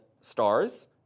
stars